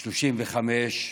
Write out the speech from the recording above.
35,